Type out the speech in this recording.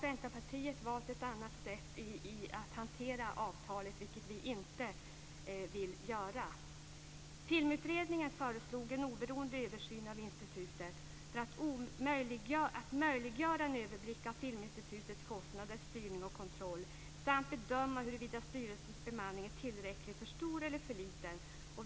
Centerpartiet har valt ett annat sätt att hantera avtalet. Vi vill inte göra på det sättet. Filmutredningen föreslog en oberoende översyn av institutet för att möjliggöra en överblick av Filminstitutets kostnader, styrning och kontroll samt bedöma huruvida styrelsens bemanning är tillräcklig, för stor eller för liten.